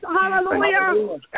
Hallelujah